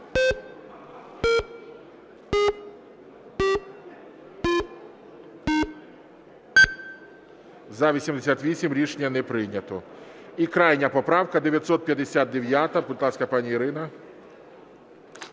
За-88 Рішення не прийнято. І крайня поправка 959. Будь ласка, пані Ірина.